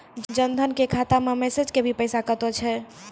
जन धन के खाता मैं मैसेज के भी पैसा कतो छ?